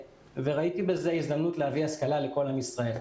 ראיתי בזה הזדמנות להביא השכלה לכל עם ישראל.